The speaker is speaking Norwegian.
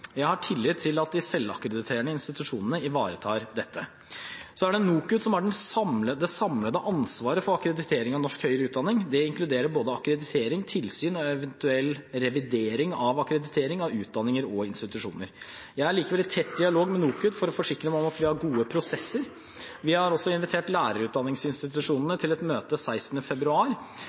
Jeg har tillit til at de selvakkrediterende institusjonene ivaretar dette. Det er NOKUT som har det samlede ansvaret for akkreditering av norsk høyere utdanning. Det inkluderer både akkreditering, tilsyn og eventuell revidering når det gjelder akkreditering av utdanninger og institusjoner. Jeg er likevel i tett dialog med NOKUT for å forsikre meg om at vi har gode prosesser. Vi har også invitert lærerutdanningsinstitusjonene til et møte 16. februar.